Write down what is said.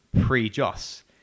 pre-Joss